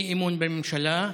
אי-אמון בממשלה.